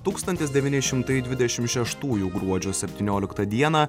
tūkstantis devyni šimtai dvidešim šeštųjų gruodžio septynioliktą dieną